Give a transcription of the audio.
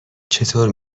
چطور